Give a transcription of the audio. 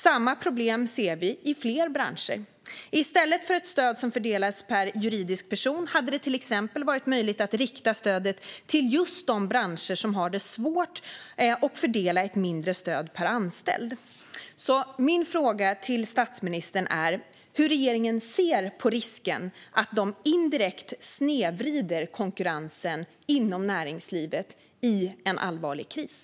Samma problem ser vi i flera branscher. I stället för ett stöd som fördelas per juridisk person hade det till exempel varit möjligt att rikta stödet till just de branscher som har det svårt och fördela ett mindre stöd per anställd. Min fråga till statsministern är: Hur ser regeringen på risken att man indirekt snedvrider konkurrensen inom näringslivet i en allvarlig kris?